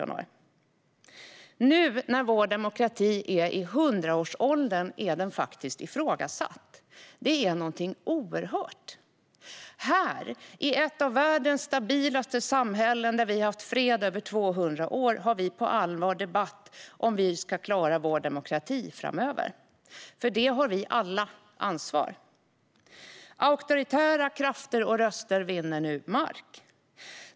Nu, när vår demokrati är i hundraårsåldern, är den faktiskt ifrågasatt. Detta är något oerhört. Här, i ett av världens stabilaste samhällen, där vi har haft fred i över 200 år, har vi på allvar en debatt om hur vi ska klara vår demokrati framöver. För detta har vi alla ansvar. Auktoritära krafter och röster vinner nu mark.